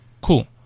Cool